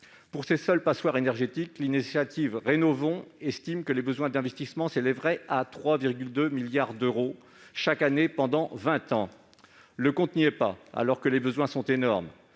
Pour ces seules passoires énergétiques, l'initiative Rénovons ! estime que les besoins d'investissement s'élèveraient à 3,2 milliards d'euros chaque année pendant vingt ans. Le compte n'y est pas, alors que les besoins sont énormes.